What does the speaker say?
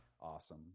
awesome